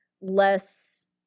less